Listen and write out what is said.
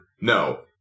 No